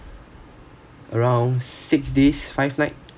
around six days five nights